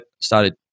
started